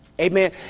Amen